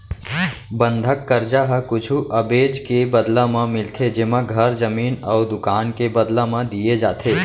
बंधक करजा ह कुछु अबेज के बदला म मिलथे जेमा घर, जमीन अउ दुकान के बदला म दिये जाथे